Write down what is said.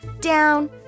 down